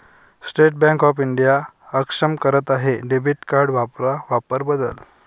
state Bank of India अक्षम करत आहे डेबिट कार्ड वापरा वापर बदल